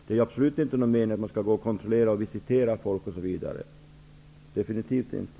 Det är absolut inte mening att man skall kontrollera och visitera folk, definitivt inte.